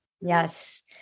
Yes